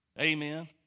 amen